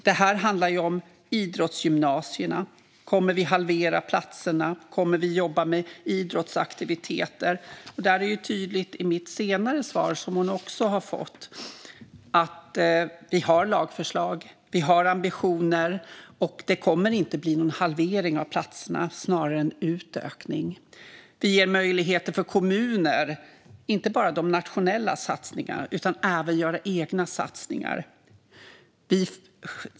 Det handlar om idrottsgymnasierna. Kommer vi att halvera platserna? Kommer vi att jobba med idrottsaktiviteter? Det är tydligt i mitt senare svar, som hon också har fått, att vi har lagförslag. Vi har ambitioner. Det kommer inte att bli någon halvering av platserna utan snarare en utökning. Det ger möjligheter för kommuner att även göra egna satsningar. Det handlar inte bara om de nationella satsningarna.